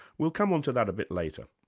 we'll come on to that a bit later.